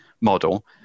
model